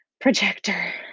projector